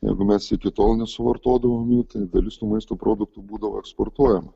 jeigu mes iki tol nesuvartodavom jų tai dalis tų maisto produktų būdavo eksportuojama